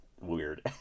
weird